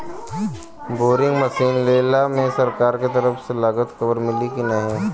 Boring machine लेला मे सरकार के तरफ से लागत कवर मिली की नाही?